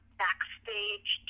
backstage